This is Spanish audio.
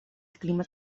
clima